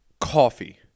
Coffee